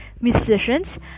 Musicians